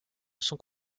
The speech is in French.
sont